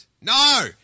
no